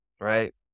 right